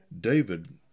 david